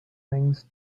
things